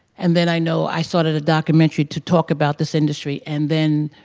and then i know i started a documentary to talk about this industry. and then,